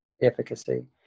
efficacy